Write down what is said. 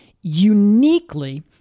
uniquely